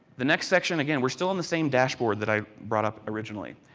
the next section, again, we are still on the same dashboard that i brought up originally.